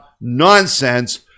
nonsense